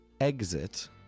exit